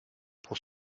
pour